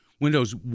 windows